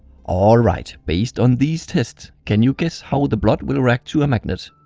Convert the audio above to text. alright, based on these tests, can you guess how the blood will react to a magnet?